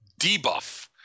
debuff